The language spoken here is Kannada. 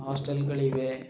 ಹಾಸ್ಟೆಲ್ಗಳಿವೆ